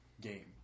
game